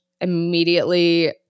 immediately